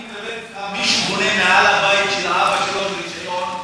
אני מדבר אתך שמישהו בונה מעל הבית של אבא שלו עם רישיון,